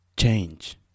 change